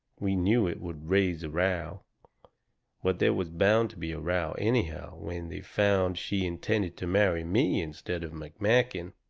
we knew it would raise a row. but there was bound to be a row anyhow when they found she intended to marry me instead of mcmakin.